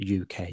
UK